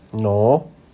no